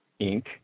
Inc